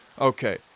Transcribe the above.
Okay